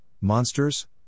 monsters